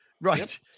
right